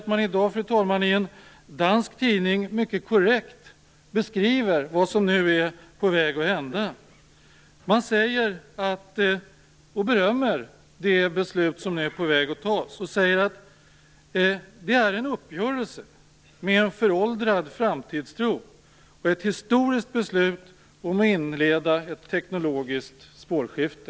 I en dansk tidning i dag beskriver man mycket korrekt vad som är på väg att hända. Man berömmer det beslut som nu är på väg att fattas och skriver att det är en uppgörelse med en föråldrad framtidstro och ett historiskt beslut om att inleda ett teknologiskt spårskifte.